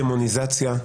דמוניזציה,